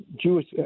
Jewish